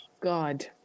god